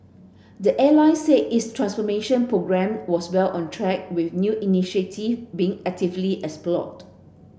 the airline said its transformation programme was well on track with new initiative being actively explored